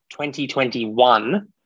2021